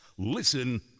Listen